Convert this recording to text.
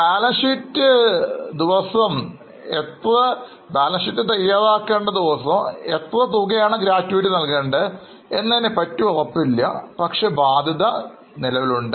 balance sheet ദിവസം നൽകേണ്ട gratuity തുകയെക്കുറിച്ച് നമ്മൾക്ക് ഉറപ്പില്ല പക്ഷേ ബാധ്യത നിലവിലുണ്ട്